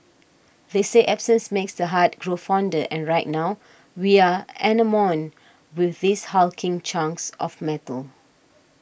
they say absence makes the heart grow fonder and right now we are enamoured with these hulking chunks of metal